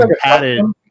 padded